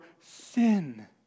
sin